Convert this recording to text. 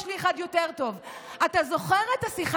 יש לי אחד יותר טוב: אתה זוכר את השיחה